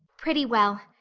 pretty well.